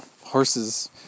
horses